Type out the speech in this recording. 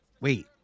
Wait